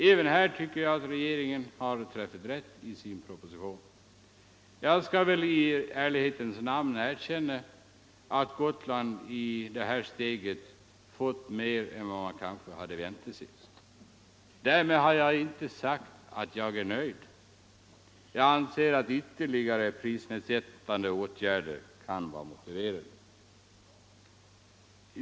Även här tycker jag att regeringen träffat rätt i sin proposition. Jag skall väl i ärlighetens namn erkänna att Gotland i detta steg fått mer än vad man hade väntat sig. Därmed har jag inte sagt att jag är nöjd. Jag anser att ytterligare prisnedsättande åtgärder kan vara motiverade.